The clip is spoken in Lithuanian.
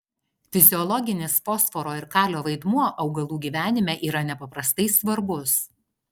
fiziologinis fosforo ir kalio vaidmuo augalų gyvenime yra nepaprastai svarbus